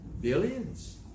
Billions